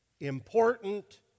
important